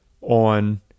on